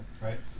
right